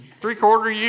three-quarter